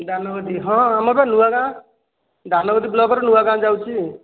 ଦାନଗଟି ହଁ ଆମର ବା ନୂଆଗାଁ ଦାନଗଟି ବ୍ଲକର ନୂଆଗାଁ ଯାଉଛି